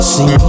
See